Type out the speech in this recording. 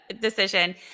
decision